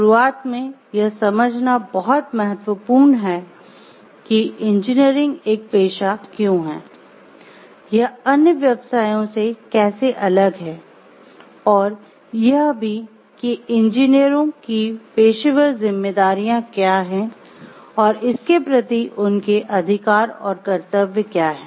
शुरुआत में यह समझना बहुत महत्वपूर्ण है कि इंजीनियरिंग एक पेशा क्यों है यह अन्य व्यवसायों से कैसे अलग है और यह भी कि इंजीनियरों की पेशेवर जिम्मेदारियां क्या हैं और इसके प्रति उनके अधिकार और कर्तव्य क्या हैं